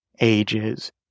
ages